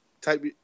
type